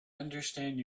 understand